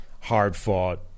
hard-fought